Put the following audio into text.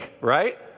right